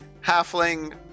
halfling